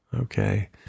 Okay